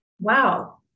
Wow